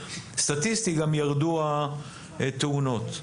גם ירדו התאונות.